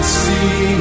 see